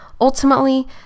ultimately